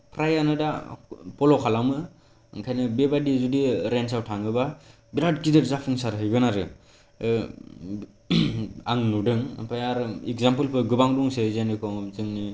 प्रायानो दा फल' खालामो ओंखायनो बेबायदि जुदि रेन्साव थाङोबा बिरात गिदिर जाफुंसारहैगोन आरो आं नुदों ओमफ्राय आरो एक्जामपुलबो गोबां दंसै जेनेक' जोंनि